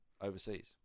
overseas